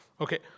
Okay